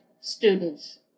students